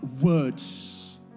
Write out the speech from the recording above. words